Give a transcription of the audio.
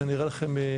זה נראה לכם,